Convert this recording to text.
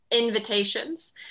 invitations